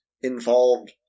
involved